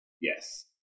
Yes